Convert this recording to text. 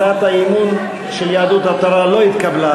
הצעת האי-אמון של יהדות התורה לא התקבלה,